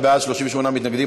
29 בעד, 38 מתנגדים.